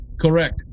correct